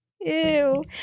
Ew